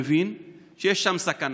מבין שיש שם סכנה.